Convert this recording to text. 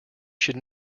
should